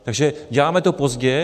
Takže děláme to pozdě.